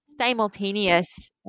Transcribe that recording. simultaneous